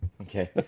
Okay